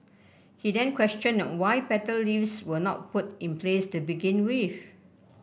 he then questioned why better lifts were not put in place to begin with